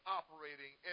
operating